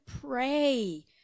pray